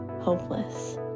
hopeless